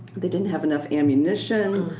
they didn't have enough ammunition.